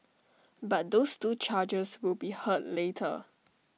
but those two charges will be heard later